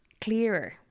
clearer